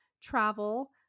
travel